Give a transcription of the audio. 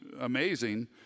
amazing